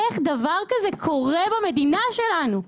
איך דבר כזה קורה במדינה שלנו?